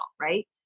right